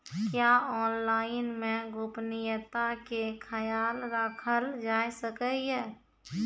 क्या ऑनलाइन मे गोपनियता के खयाल राखल जाय सकै ये?